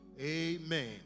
Amen